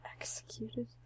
executed